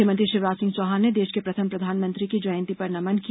मुख्यमंत्री शिवराज सिंह चौहान ने देश के प्रथम प्रधानमंत्री की जयंती पर नमन किया